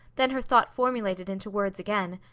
then her thought formulated into words again.